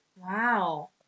Wow